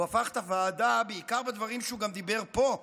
הוא הפך את הוועדה, בעיקר בדברים שהוא גם דיבר פה,